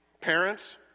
Parents